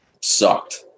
sucked